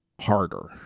harder